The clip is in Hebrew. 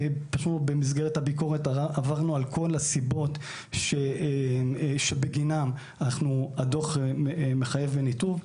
במסגרת הביקורת עברנו על כל הסיבות שבגינן הדוח מחייב בניתוב.